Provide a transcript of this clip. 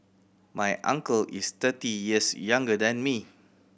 my uncle is thirty years younger than me